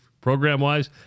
program-wise